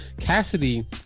Cassidy